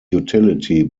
utility